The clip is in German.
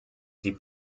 die